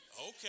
Okay